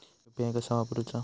UPI कसा वापरूचा?